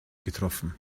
getroffen